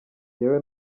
jyewe